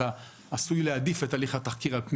אתה עשוי להעדיף את הליך התחקיר על פני